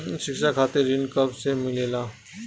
शिक्षा खातिर ऋण कब से मिलेला?